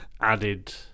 added